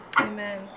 Amen